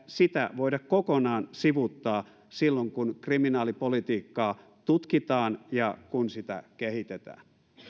sitä voida kokonaan sivuuttaa silloin kun kriminaalipolitiikkaa tutkitaan ja kun sitä kehitetään